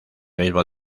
mismo